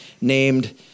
named